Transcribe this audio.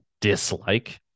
dislike